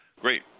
great